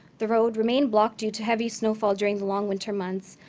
the road remained blocked due to heavy snowfall during the long winter months,